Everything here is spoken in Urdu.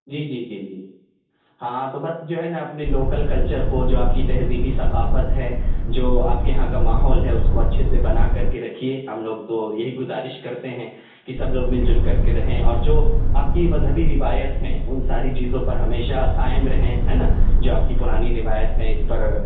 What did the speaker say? جی جی جی جی ہاں تو بس جو ہے نا اپنے لوکل کلچر کو جو آپ کی تہذیبی ثقافت ہے جو آپ کے یہاں کا ماحول ہے اس کو اچھے سے بنا کر کے رکھیے ہم لوگ تو یہی گزارش کرتے ہیں کہ سب لوگ مل جل کر کے رہیں اور جو آپ کی مذہبی روایت ہیں ان ساری چیزوں پر ہمیشہ قائم رہیں ہے نا جو آپ کی پرانی روایت ہے اس پر